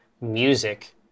music